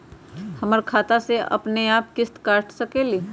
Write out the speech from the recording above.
हमर खाता से अपनेआप किस्त काट सकेली?